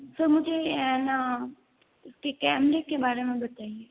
sir मुझे है ना इसके कैमरे के बारे में बताइये